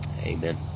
Amen